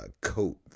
coat